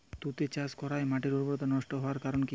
তুতে চাষ করাই মাটির উর্বরতা নষ্ট হওয়ার কারণ কি?